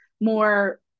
more